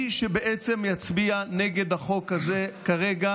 בעצם מי שיצביע נגד החוק הזה כרגע